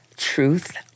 Truth